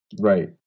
Right